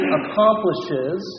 accomplishes